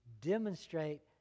demonstrate